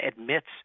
admits